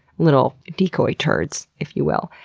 little decoy turds if you will,